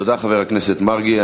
תודה, חבר הכנסת מרגי.